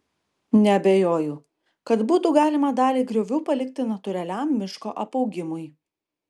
neabejoju kad būtų galima dalį griovių palikti natūraliam miško apaugimui